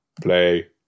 play